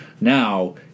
Now